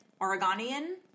Oregonian